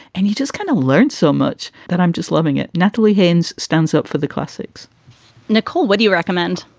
and he just kind of learns so much that i'm just loving it. natalie hinz stands up for the classics nicole, what do you recommend?